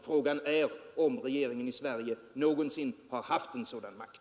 Frågan är om regeringen i Sverige någonsin har haft sådan makt.